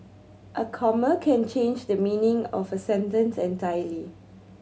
a comma can change the meaning of a sentence entirely